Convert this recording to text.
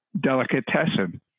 delicatessen